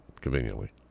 conveniently